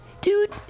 dude